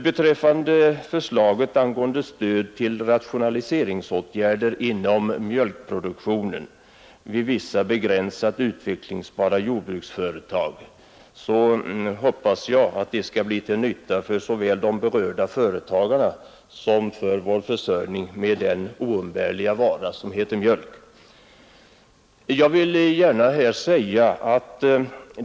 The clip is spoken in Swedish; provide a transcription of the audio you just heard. Beträffande förslaget angående stöd till rationaliseringsåtgärder inom mjölkproduktionen vid vissa begränsat utvecklingsbara jordbruksföretag vill jag säga, att jag hoppas det skall bli till nytta för såväl de berörda företagarna som vår försörjning med den oumbärliga mjölken.